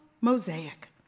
mosaic